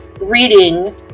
reading